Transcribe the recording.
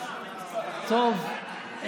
טוב,